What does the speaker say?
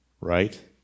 right